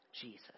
Jesus